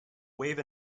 wave